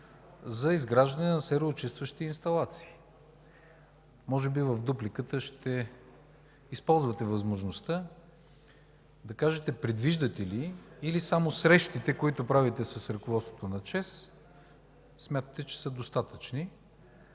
за изграждане на сероочистващи инсталации. Може би в дупликата ще използвате възможността да кажете предвиждате ли, или само срещите, които правите с ръководството на ЧЕЗ, смятате, че са достатъчни?